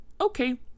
Okay